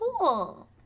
cool